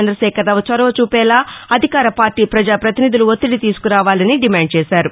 చంద్రశేఖరరావు చొరవ చూపేలా అధికార పార్లీ ప్రపజా పతినిధులు ఒత్తిది తీసుకురావాలని డిమాండ్ చేశారు